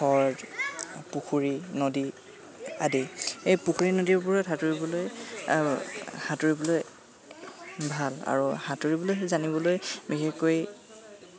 হ্ৰদ পুখুৰী নদী আদি এই পুখুৰী নদীবোৰত সাঁতুৰিবলৈ সাঁতুৰিবলৈ ভাল আৰু সাঁতুৰিবলৈ জানিবলৈ বিশেষকৈ